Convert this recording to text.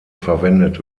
verwendet